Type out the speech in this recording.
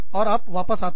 और आप वापस आते हैं